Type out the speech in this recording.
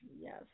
Yes